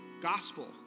gospel